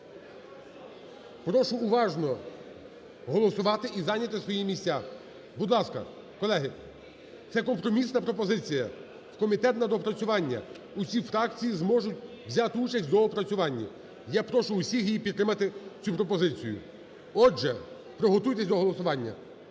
Прошу уважно голосувати і зайняти свої місця. Будь ласка, колеги. Це компромісна пропозиція в комітет на доопрацювання. Усі фракції зможуть взяти участь в доопрацюванні. Я прошу усіх її підтримати, цю пропозицію. Отже, приготуйтесь до голосування.